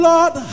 Lord